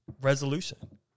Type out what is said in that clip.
resolution